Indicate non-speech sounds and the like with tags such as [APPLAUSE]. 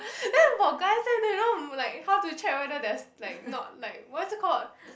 [BREATH] then for guys leh then you know mm like how to check whether there's like not like what's it called